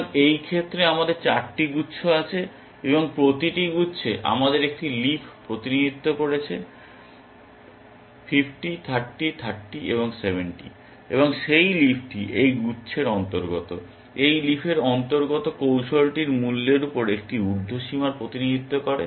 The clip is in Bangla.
সুতরাং এই ক্ষেত্রে আমাদের 4 টি গুচ্ছ আছে এবং প্রতিটি গুচ্ছে আমাদের একটি লিফ প্রতিনিধিত্ব করছে 50 30 30 এবং 70 এবং সেই লিফটি এই গুচ্ছের অন্তর্গত এই লিফের অন্তর্গত কৌশলটির মূল্যের উপর একটি ঊর্ধ্ব সীমার প্রতিনিধিত্ব করে